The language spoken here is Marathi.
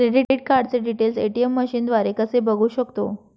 क्रेडिट कार्डचे डिटेल्स ए.टी.एम मशीनद्वारे कसे बघू शकतो?